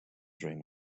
dream